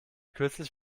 kürzlich